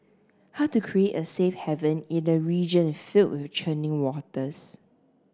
how to create a safe haven in a region filled with churning waters